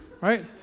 right